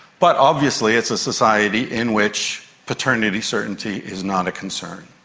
but obviously it's a society in which paternity certainty is not a concern.